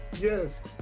yes